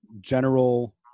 general